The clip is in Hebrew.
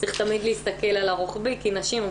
צריך תמיד להסתכל על הרוחבי כי נשים הן